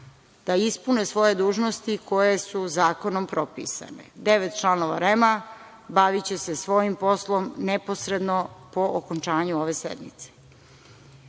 da ispune svoje dužnosti koje su zakonom propisane. Devet članova REM baviće se svojim poslom neposredno po okončanju ove sednice. Ono